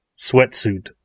sweatsuit